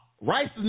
rice